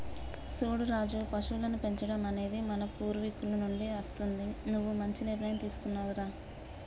సూడు రాజు పశువులను పెంచడం అనేది మన పూర్వీకుల నుండి అస్తుంది నువ్వు మంచి నిర్ణయం తీసుకున్నావ్ రా